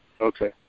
Okay